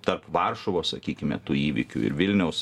tarp varšuvos sakykime tų įvykių ir vilniaus